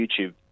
YouTube